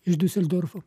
iš diuseldorfo